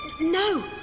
No